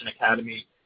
Academy